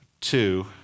two